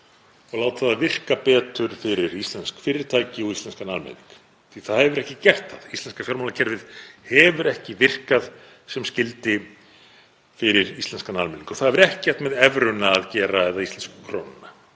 og láta það virka betur fyrir íslensk fyrirtæki og íslenskan almenning því að það hefur ekki gert það. Íslenska fjármálakerfið hefur ekki virkað sem skyldi fyrir íslenskan almenning og það hefur ekkert með evruna að gera eða íslensku krónuna.